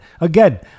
again